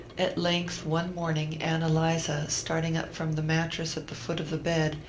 at length one morning ann eliza, starting up from the mattress at the foot of the bed,